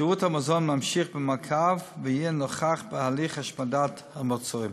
שירות המזון ממשיך במעקב ויהיה נוכח בהליך השמדת המוצרים.